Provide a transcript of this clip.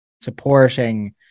supporting